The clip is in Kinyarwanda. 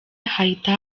hahita